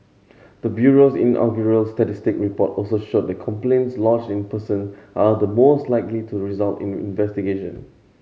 the bureau's inaugural statistics report also showed that complaints lodged in person are the most likely to result in investigation